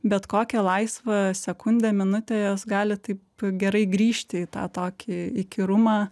bet kokią laisvą sekundę minutę jos gali taip gerai grįžti į tą tokį įkyrumą